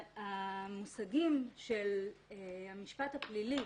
המושגים של המשפט הפלילי